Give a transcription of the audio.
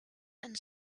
and